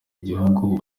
igihugu